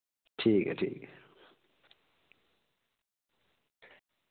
ठीक ऐ ठीक ऐ